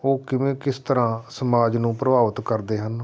ਉਹ ਕਿਵੇਂ ਕਿਸ ਤਰ੍ਹਾਂ ਸਮਾਜ ਨੂੰ ਪ੍ਰਭਾਵਿਤ ਕਰਦੇ ਹਨ